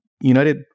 United